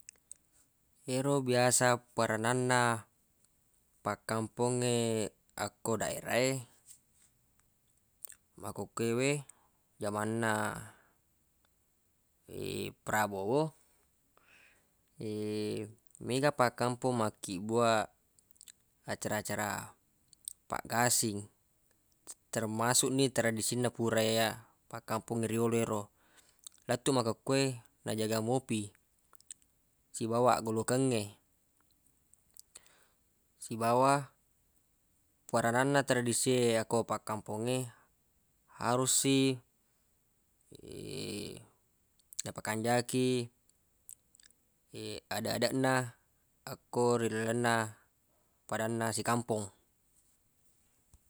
Ero biasa perananna pakkampongnge akko daerae makkokoe jamanna prabowo mega pakkampong makkibbuaq acara-acara paggasing termasuq ni tradisinna purae ya pakkampongnge riyolo ero lettuq makokoe ijaga mopi sibawa aggolokengnge sibawa perananna tradisi e akko pakkampongnge harus i napakanjaki adeq-adeq na akko ri lalenna padanna si kampong.